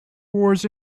wars